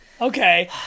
Okay